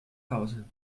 hause